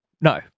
No